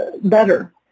better